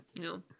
No